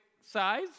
size